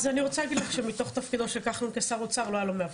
אז אני רוצה להגיד לך שמתוך תפקידו של כחלון כשר אוצר לא היה לו מאבטח.